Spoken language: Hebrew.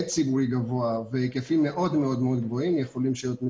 לדעתי יש לנו מחויבות גם מקצועית וגם